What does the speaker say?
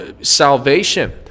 salvation